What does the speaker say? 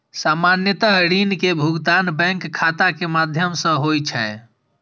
सामान्यतः ऋण के भुगतान बैंक खाता के माध्यम सं होइ छै